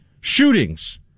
shootings